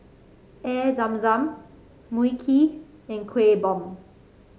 Air Zam Zam Mui Kee and Kueh Bom